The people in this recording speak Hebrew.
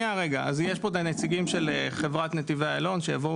יש פה את הנציגים של חברת נתיבי איילון שיבואו